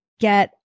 get